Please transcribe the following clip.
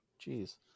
Jeez